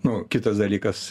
nu kitas dalykas